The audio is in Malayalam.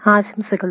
ആശംസകൾ